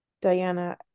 Diana